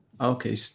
okay